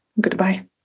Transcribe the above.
goodbye